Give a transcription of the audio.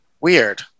weird